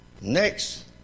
Next